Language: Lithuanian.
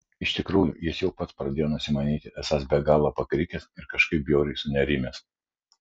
iš tikrųjų jis jau pats pradėjo nusimanyti esąs be galo pakrikęs ir kažkaip bjauriai sunerimęs